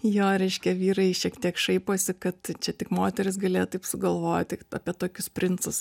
jo reiškia vyrai šiek tiek šaiposi kad čia tik moterys galėjo taip sugalvot tik apie tokius princas